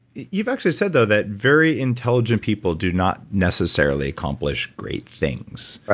you've actually said though that very intelligent people do not necessarily accomplish great things, ah